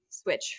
switch